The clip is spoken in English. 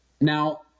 Now